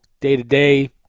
day-to-day